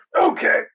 Okay